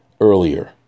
earlier